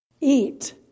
eat